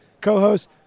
co-host